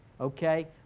Okay